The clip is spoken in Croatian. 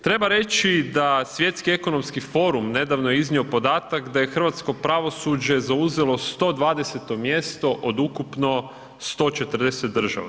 Treba reći da Svjetski ekonomski forum nedavno je iznio podatak da je hrvatsko pravosuđe zauzelo 120 mjesto od ukupno 140 država.